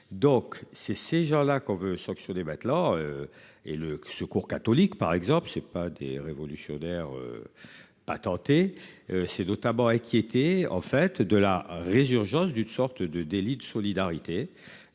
Donc ces ces gens-là qu'on veut sanctionner matelas. Et le Secours catholique par exemple c'est pas des révolutionnaires. Patentés c'est tabac et qui était en fait de la résurgence d'une sorte de délit de solidarité